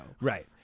right